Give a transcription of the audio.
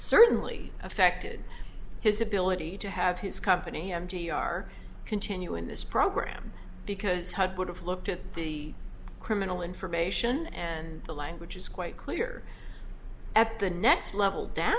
certainly affected his ability to have his company m g r continue in this program because hud would have looked at the criminal information and the language is quite clear at the next level down